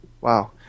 Wow